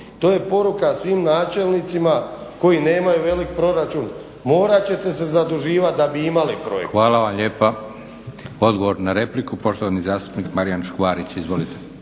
To je poruka svim načelnicima koji nemaju veliki proračun morat ćete se zaduživati da bi imali projekte. **Leko, Josip (SDP)** Hvala vam lijepa. Odgovor na repliku, poštovani zastupnik Marijan Škvarić. Izvolite.